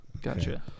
Gotcha